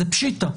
זה פשיטא.